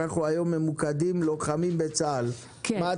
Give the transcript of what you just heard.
אנחנו היום ממוקדים לוחמים בצה"ל.